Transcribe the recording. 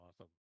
awesome